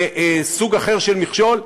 זה סוג אחר של מכשול.